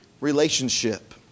relationship